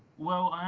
well